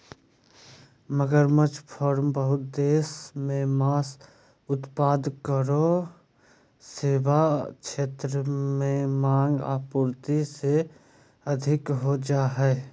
मगरमच्छ फार्म बहुत देश मे मांस उत्पाद आरो सेवा क्षेत्र में मांग, आपूर्ति से अधिक हो जा हई